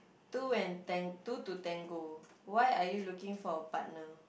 two and tan~ two to tango why are you looking for a partner